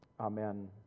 Amen